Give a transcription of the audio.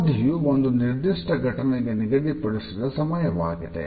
ಅವಧಿಯು ಒಂದು ನಿರ್ದಿಷ್ಟ ಘಟನೆಗೆ ನಿಗದಿಪಡಿಸಿದ ಸಮಯವಾಗಿದೆ